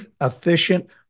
efficient